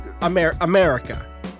America